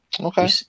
okay